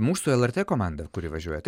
mūsų el er t komanda kuri važiuoja taip